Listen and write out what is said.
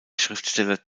schriftsteller